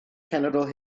cenedl